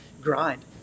grind